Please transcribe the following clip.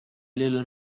little